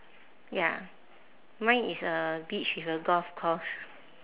ya mine is a beach with a golf course